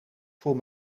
voor